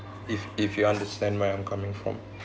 if if you understand where I'm coming from